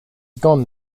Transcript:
gone